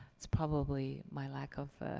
it's probably my lack of